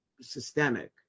systemic